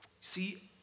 See